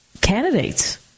candidates